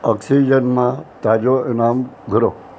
oxygen मां ताज़ो इनाम घुरो